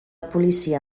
policia